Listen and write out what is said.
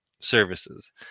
services